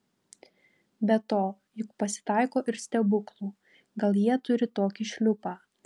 be to juk pasitaiko ir stebuklų gal jie turi tokį šliupą